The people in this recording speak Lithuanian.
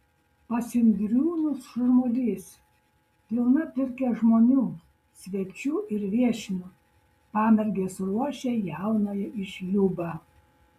pas indriūnus šurmulys pilna pirkia žmonių svečių ir viešnių pamergės ruošia jaunąją į šliūbą